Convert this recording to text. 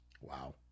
Wow